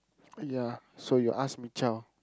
ya so you ask ming qiao